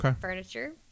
furniture